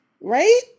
Right